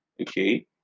okay